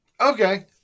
Okay